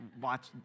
watch